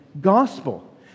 gospel